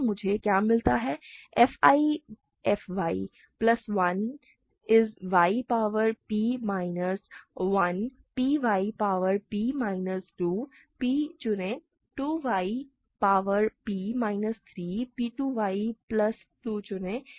मुझे क्या मिलता है fi fy plus 1 is y power p minus 1 p y power p minus 2 p चुनें 2 y power p minus 3 p 2 y plus p चुनें